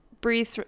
breathe